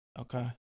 Okay